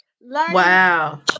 Wow